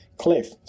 Cliff